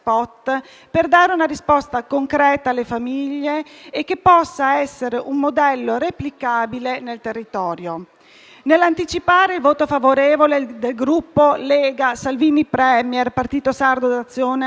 per dare una risposta concreta alle famiglie e realizzare un modello replicabile nel territorio. Nell'anticipare il voto favorevole del Gruppo Lega Salvini Premier-Partito Sardo d'Azione,